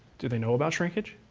do they know about shrinkage?